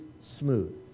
smooth